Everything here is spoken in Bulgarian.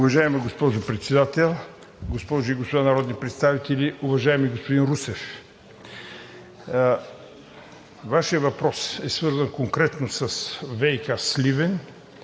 Уважаема госпожо Председател, госпожи и господа народни представители! Уважаеми господин Русев, Вашият въпрос е свързан конкретно с ВиК – Сливен,